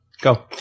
Go